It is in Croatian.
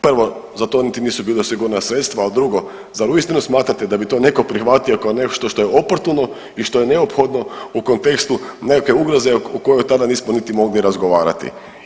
Prvo za to niti nisu bila osigurana sredstva, a drugo zar uistinu smatrate da bi to neko prihvatio kao nešto što je oportuno i što je neophodno u kontekstu nekakve ugroze o kojoj tada nismo niti mogli razgovarati.